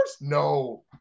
No